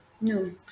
No